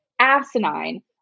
asinine